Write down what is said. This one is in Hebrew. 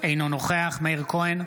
אינו נוכח מאיר כהן,